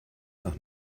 nach